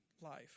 life